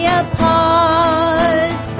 apart